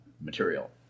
material